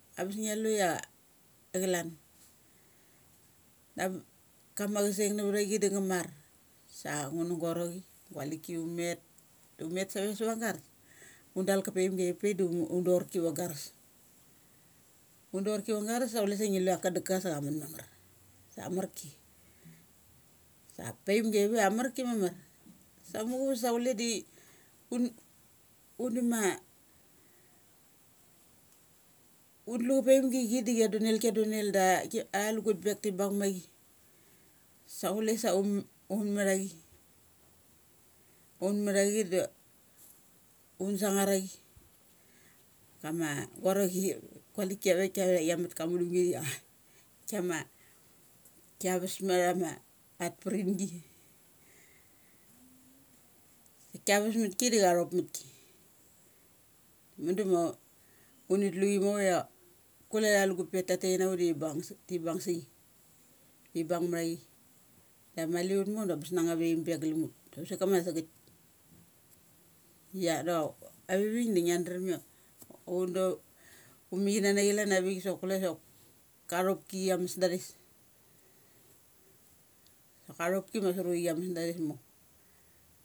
Ambes ngia lu ia acha lan. Da am kama chaseng na na vtha chi da nga mar sa ngu nu gua rochi, gua li ki unmet du umet save sa va garas. Un dal ka paim gi a pik da dorki va garas. Un dorki va garas sa chule sa ngi la kadung ga sa cha mun mamar. Amarki paimgi ava amarki mamar. Sa muchuves sa chule da uni ma unlucha paimgi chi da chia donel. kia donel da ki. atha lugutpek ti bung machi. Sa chule sa umatha chi. Un matha chi da un sangar a chi. Kama go ro chi gua li ki avaik kia ve chia mut ka mudumgi kia ma kia ves ma tha ma a bremgi. Kia ves mut ki da ta cha thop math ki. Mudu ma unitlu chi mavoia kule atha lugut dekta tet ina muk da ta bung, ti bung sachi. Ti bung ma chi da mali ngo da bes nanga ma vaim be ia galum ut kusek ka ma sagek. I da avivik da nga drum ia undu, un mi kina nachi chalan bi avik sok kule sok ka thopki kia mes da thes. Athopki ma saruchi chia mes da thes mor.